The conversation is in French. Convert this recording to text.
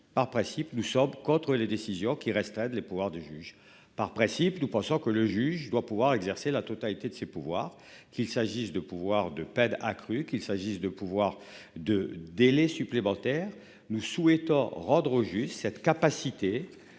par principe, nous sommes contre les décisions qui reste Stade les pouvoirs du juge par principe nous pensons que le juge doit pouvoir exercer la totalité de ses pouvoirs qu'il s'agisse de pouvoir de paid a cru qu'il s'agisse de pouvoir de délai supplémentaire. Nous souhaitons rendre au juge cette capacité